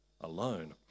alone